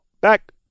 back